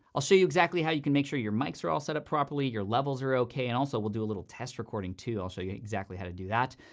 i'll show you exactly how you can make sure your mics are all set up properly, your levels are ok. and, also, we'll do a little test recording, too. i'll show you exactly how to do that.